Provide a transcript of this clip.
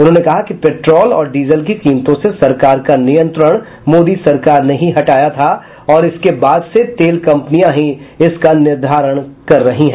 उन्होंने कहा कि पेट्रोल और डीजल की कीमतों से सरकार का नियंत्रण मोदी सरकार ने ही हटाया था और इसके बाद से तेल कंपनियां ही इसका निर्धारण कर रही हैं